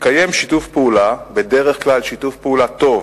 מתקיים שיתוף פעולה, בדרך כלל שיתוף פעולה טוב,